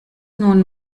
nun